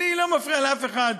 אני לא מפריע לאף אחד.